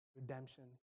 redemption